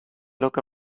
look